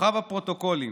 כוכב הפרוטוקולים,